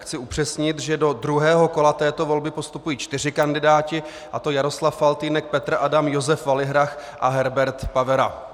Chci upřesnit, že do druhého kola této volby postupují čtyři kandidáti a to Jaroslav Faltýnek, Petr Adam, Josef Valihrach a Herbert Pavera.